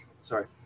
sorry